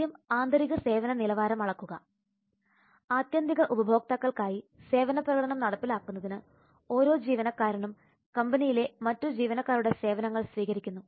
ആദ്യം ആന്തരിക സേവന നിലവാരം അളക്കുക ആത്യന്തിക ഉപഭോക്താക്കൾക്കായി സേവന പ്രകടനം നടപ്പിലാക്കുന്നതിന് ഓരോ ജീവനക്കാരനും കമ്പനിയിലെ മറ്റ് ജീവനക്കാരുടെ സേവനങ്ങൾ സ്വീകരിക്കുന്നു